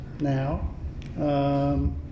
now